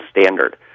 standard